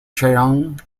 cheung